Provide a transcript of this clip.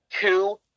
Two